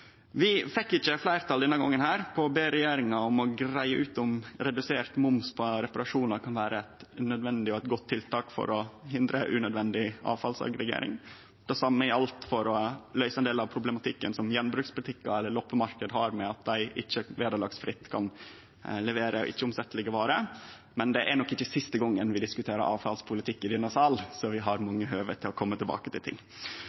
Vi fekk ikkje fleirtal denne gongen for å be regjeringa om å greie ut om redusert moms på reparasjonar kan vere eit nødvendig og godt tiltak for hindre unødvendig avfallsaggregering. Det same gjaldt for å løyse ein del av problematikken som gjenbruksbutikkar eller loppemarknader har, ved at dei ikkje vederlagsfritt kan levere ikkje-omsetjelege varer. Men det er nok ikkje siste gongen vi diskuterer avfallspolitikk i denne salen, så vi har mange høve til